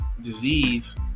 disease